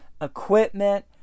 equipment